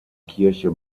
kirche